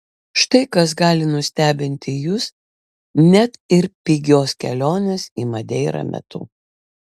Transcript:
štai kas gali nustebinti jus net ir pigios kelionės į madeirą metu